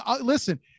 listen